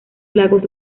lagos